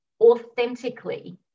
authentically